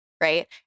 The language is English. right